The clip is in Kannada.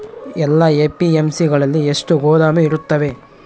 ಎಲ್ಲಾ ಎ.ಪಿ.ಎಮ್.ಸಿ ಗಳಲ್ಲಿ ಎಷ್ಟು ಗೋದಾಮು ಇರುತ್ತವೆ?